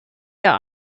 ihr